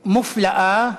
מופלאה,